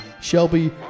Shelby